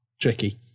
Tricky